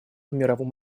мировом